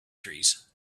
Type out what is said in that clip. trees